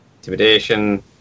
Intimidation